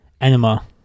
Enema